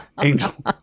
Angel